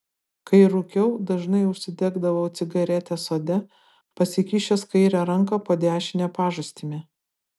kai rūkiau dažnai užsidegdavau cigaretę sode pasikišęs kairę ranką po dešine pažastimi